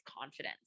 confidence